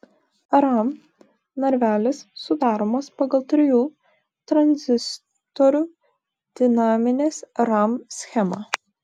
ram narvelis sudaromas pagal trijų tranzistorių dinaminės ram schemą